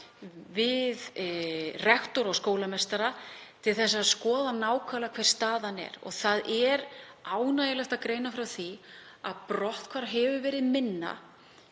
við rektora og skólameistara til að skoða nákvæmlega hver staðan er og það er ánægjulegt að greina frá því að brotthvarf hefur verið minna.